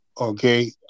Okay